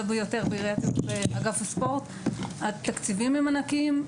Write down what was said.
ביותר באגף הספורט והתקציבים הם ענקיים.